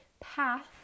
path